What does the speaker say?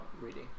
reading